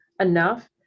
enough